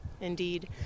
indeed